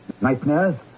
nightmares